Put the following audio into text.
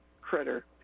critter